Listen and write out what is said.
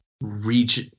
reach